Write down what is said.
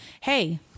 Hey